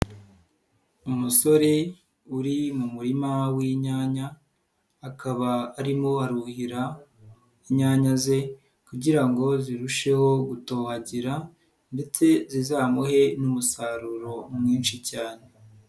Umusore uri mu murima w'inyanya, akaba arimo aruhira inyanya ze kugira ngo zirusheho gutohagira ndetse zizamuhe n'umusaruro mwinshi cyane.